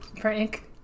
prank